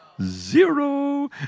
Zero